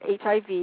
HIV